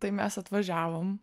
tai mes atvažiavom